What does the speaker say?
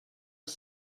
els